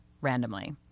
randomly